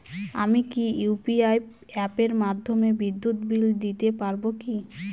আমি কি ইউ.পি.আই অ্যাপের মাধ্যমে বিদ্যুৎ বিল দিতে পারবো কি?